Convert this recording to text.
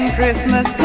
Christmas